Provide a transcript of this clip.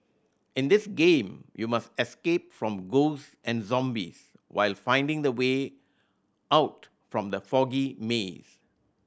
in this game you must escape from ghosts and zombies while finding the way out from the foggy maze